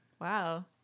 Wow